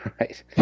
Right